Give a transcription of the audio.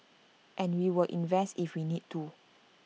and we will invest if we need to